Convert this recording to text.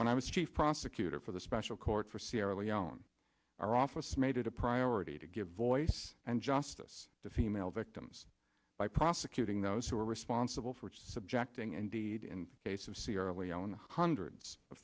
when i was chief prosecutor for the special court for sierra leone our office made it a priority to give voice and justice to female victims by prosecuting those who are responsible for its subjecting indeed in case of sierra leone hundreds of